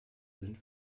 sind